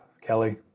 Kelly